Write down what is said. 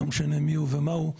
לא משנה מי הוא ומה הוא,